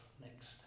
next